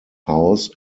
house